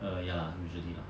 err ya lah usually lah